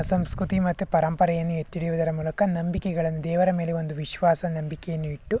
ಸಂಸ್ಕೃತಿ ಮತ್ತು ಪರಂಪರೆಯನ್ನು ಎತ್ತಿ ಹಿಡಿಯುವುದರ ಮೂಲಕ ನಂಬಿಕೆಗಳನ್ನು ದೇವರ ಮೇಲೆ ಒಂದು ವಿಶ್ವಾಸ ನಂಬಿಕೆಯನ್ನು ಇಟ್ಟು